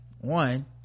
one